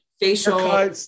Facial